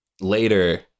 Later